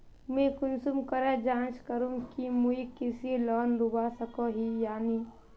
मुई कुंसम करे जाँच करूम की मुई कृषि लोन लुबा सकोहो ही या नी?